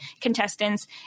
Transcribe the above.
contestants